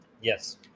Yes